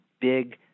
big